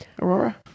Aurora